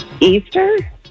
Easter